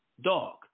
dog